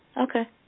Okay